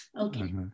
Okay